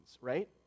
right